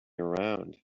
around